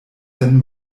sen